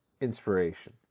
Inspiration